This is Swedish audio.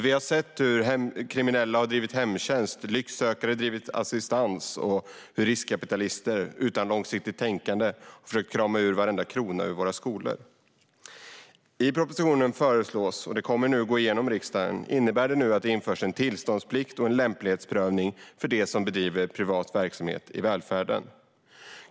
Vi har sett hur kriminella har drivit hemtjänst, hur lycksökare har drivit assistansverksamhet och hur riskkapitalister utan långsiktigt tänkande försöker att krama ur varenda krona ur våra skolor. I propositionen föreslås - och det kommer att gå igenom i riksdagen - att det nu införs tillståndsplikt och en lämplighetsprövning för dem som bedriver privat verksamhet i välfärden.